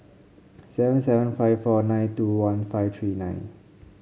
seven seven five four nine two one five three nine